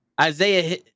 Isaiah